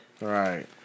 Right